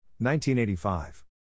1985